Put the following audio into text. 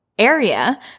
area